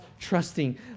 trusting